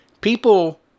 people